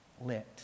lit